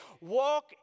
walk